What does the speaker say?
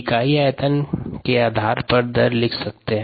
इकाई आयतन के आधार पर दर लिख सकते हैं